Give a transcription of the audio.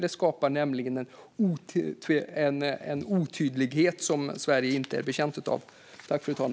Det skapar en otydlighet som Sverige inte är betjänt av.